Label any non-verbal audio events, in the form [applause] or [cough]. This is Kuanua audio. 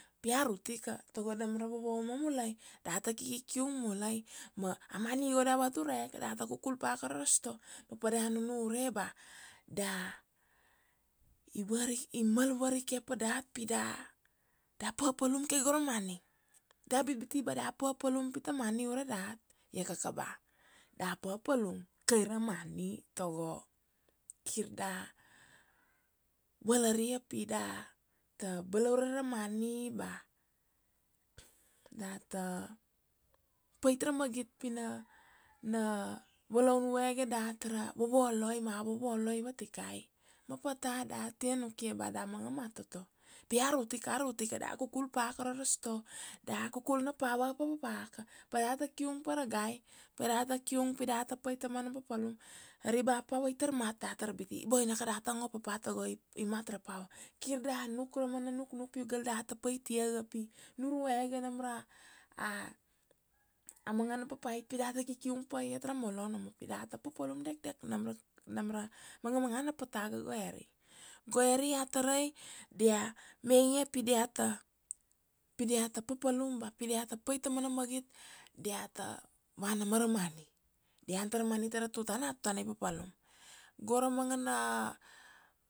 pi arut ika tago nam ra vava uma mulai, data ki kiung mulai, ma a money go da vature ke, data kukul paka aro ra store, ma pa da nunure ba da i varike, i mal varike pa dat pi da, da papalum kai go ra money, da bit biti ba da papalum pi ta money ure dat, ia kaka ba da papalum kai ra money tago kir da valaria pi da ta balaure ra money ba data, pait ra magit pi na, na valaun vuege dat ta ra vovoloi ma vovoloi vatikai, ma pata da tia nukia ba da manga matoto. Pi arut ika, arut ika da kukul pa ka aro ra store, da kukul na power papa ka, pa data kiung pa ra gai, pa data kiung pi data pait ta mana papalum. Ari ba power tar mat, da tar biti boinaka data ngo papa tago i mat ra power. Kir da nuk go ra mana nuknuk pi gal data paitia ga, pi nurvuege nam ra, [hesitation] a manga na papait pi data kikiung pa iat ra molono, ma pi data papalum dekdek nam ra, nam ra manga mangana pata ga goieri. Goieri a tarai dia mainge pi dia ta, pi dia ta papalum ba pi dia ta pait ta mana magit, dia ta vana ma ra money, dia an tar ra money ta ra tutana, a tuatana i papalu. Go ra manga na